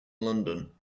london